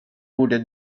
borde